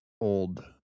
old